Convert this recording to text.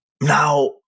Now